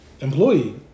employee